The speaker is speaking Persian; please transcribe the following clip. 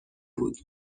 بود